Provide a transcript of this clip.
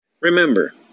remember